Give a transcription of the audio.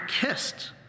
kissed